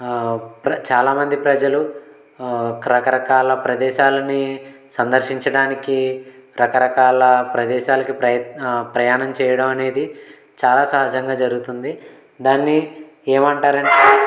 ప్ర చాలా మంది ప్రజలు రకరకాల ప్రదేశాలని సందర్శించడానికి రకరకాల ప్రదేశాలకు ప్రయత్న్ ప్రయాణం చేయడమనేది చాలా సహజంగా జరుగుతుంది దాన్ని ఏమంటారు